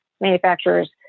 Manufacturers